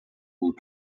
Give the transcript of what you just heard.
gut